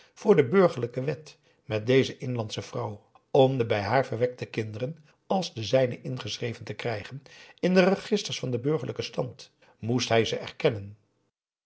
voor de burgerlijke wet met deze inlandsche vrouw om de bij haar verwekte kinderen als de zijne ingeschreven te krijgen in de registers van den burgerlijken stand moest hij ze erkennen